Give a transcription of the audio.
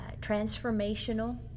transformational